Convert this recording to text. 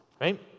right